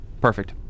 Perfect